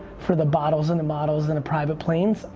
for the bottles and the models and the private planes,